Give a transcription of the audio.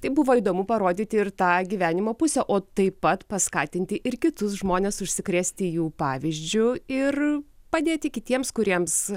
tai buvo įdomu parodyti ir tą gyvenimo pusę o taip pat paskatinti ir kitus žmones užsikrėsti jų pavyzdžiu ir padėti kitiems kuriems